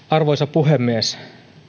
arvoisa puhemies